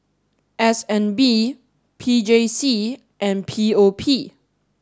S N B P J C and P O P